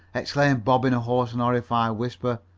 exclaimed bob in a hoarse and horrified whisper.